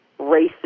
racist